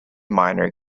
minor